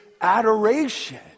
adoration